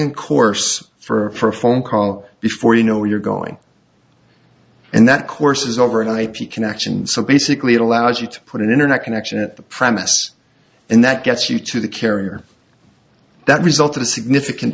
in course for a phone call before you know where you're going and that course is over an ip connection so basically it allows you to put an internet connection at the premises and that gets you to the carrier that result of a significant